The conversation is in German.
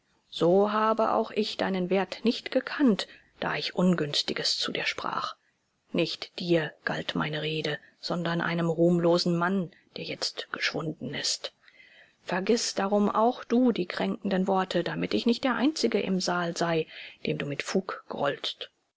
so habe auch ich deinen wert nicht gekannt da ich ungünstiges zu dir sprach nicht dir galt meine rede sondern einem ruhmlosen mann der jetzt geschwunden ist vergiß darum auch du die kränkenden worte damit ich nicht der einzige im saal sei dem du mit fug grollst